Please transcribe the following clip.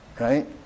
Right